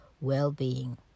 well-being